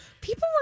People